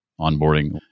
onboarding